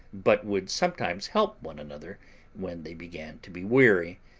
but would sometimes help one another when they began to be weary,